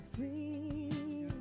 Free